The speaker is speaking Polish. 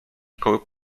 szkoły